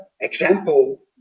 example